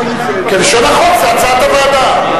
כלשון החוק זה הצעת הוועדה.